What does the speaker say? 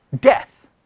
Death